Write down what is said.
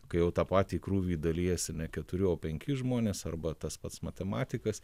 kai jau tą patį krūvį dalijasi ne keturi o penki žmonės arba tas pats matematikas